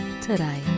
today